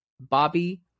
Bobby